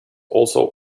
also